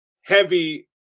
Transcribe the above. heavy